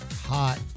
hot